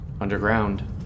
Underground